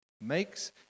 makes